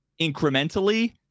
incrementally